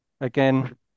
again